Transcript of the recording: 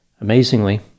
Amazingly